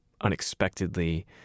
unexpectedly